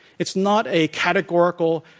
it's not a categorical,